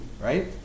Right